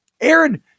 Aaron